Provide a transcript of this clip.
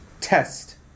test